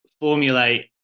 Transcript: formulate